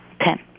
Ten